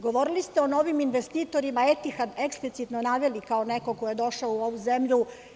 Govorili ste o novim investitorima „Etihad“ ekplicitno naveli kao neko ko je došao u ovu zemlju.